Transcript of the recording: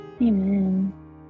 amen